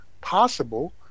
possible